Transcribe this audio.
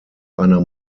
einer